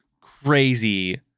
crazy